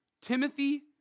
Timothy